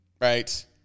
right